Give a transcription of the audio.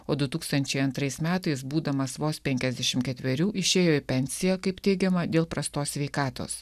o du tūkstančiai antrais metais būdamas vos penkiasdešimt ketverių išėjo į pensiją kaip teigiama dėl prastos sveikatos